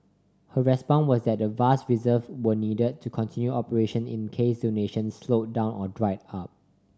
her response was that the vast reserve were needed to continue operation in case donations slowed down or dried up